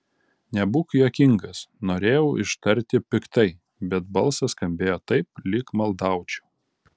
nebūk juokingas norėjau ištarti piktai bet balsas skambėjo taip lyg maldaučiau